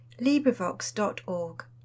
LibriVox.org